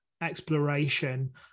exploration